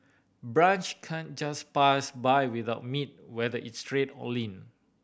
brunch can just pass by without meat whether it's red or lean